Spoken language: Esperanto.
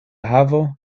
havo